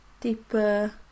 deeper